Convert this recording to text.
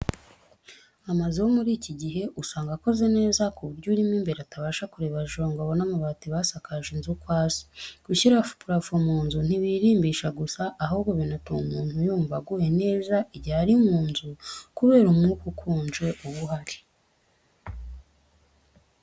Amazu yo muri iki gihe usanga akoze neza ku buryo urimo imbere atabasha kureba hejuru ngo abone amabati basakaje inzu uko asa. Gushyira purafo mu nzu ntibiyirimbisha gusa, ahubwo binatuma umuntu yumva aguwe neza igihe ari mu nzu kubera umwuka ukonje uba uhari.